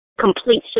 complete